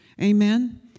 Amen